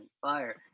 Fire